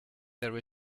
there